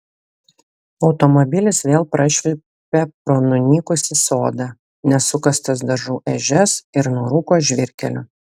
automobilis vėl prašvilpė pro nunykusį sodą nesukastas daržų ežias ir nurūko žvyrkeliu